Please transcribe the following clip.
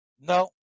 No